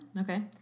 Okay